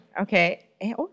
Okay